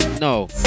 No